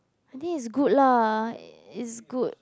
I think is good lah it's good